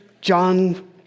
John